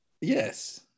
Yes